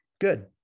Good